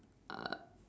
uh